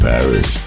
Paris